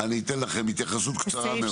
אני אתן לכם התייחסות קצרה מאוד.